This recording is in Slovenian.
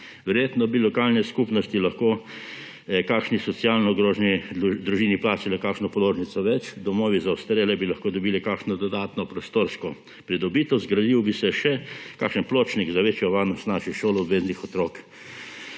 Verjetno bi lokalne skupnosti lahko kakšni socialno ogroženi družini plačale kakšno položnico več, domovi za ostarele bi lahko dobili kakšno dodatno prostorsko pridobitev, zgradil bi se še kakšen pločnik za večjo varnost naših šoloobveznih otrok.